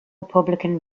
republican